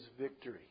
victory